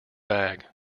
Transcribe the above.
bag